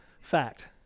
fact